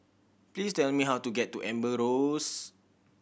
please tell me how to get to Amber Rose